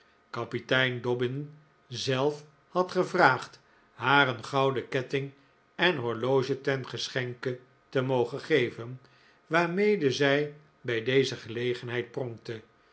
kapitein dobbin zelf had gevraagd haar een gouden ketting en horloge ten geschenke te mogen geven waarmede zij bij deze gelegenheid pronkte